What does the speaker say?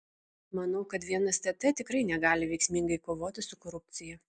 manau kad vien stt tikrai negali veiksmingai kovoti su korupcija